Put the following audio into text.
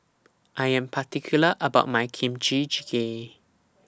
I Am particular about My Kimchi Jjigae